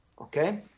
Okay